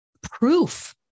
proof